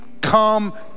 come